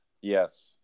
Yes